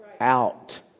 out